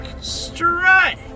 strike